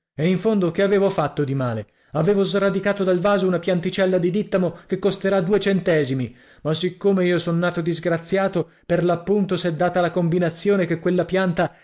e in fondo che avevo fatto di male avevo sradicato dal vaso una pianticella di dìttamo che costerà due centesimi ma siccome io son nato disgraziato per l'appunto s'è data la combinazione che quella pianta